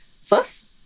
First